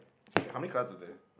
how many card are there